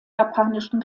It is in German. japanischen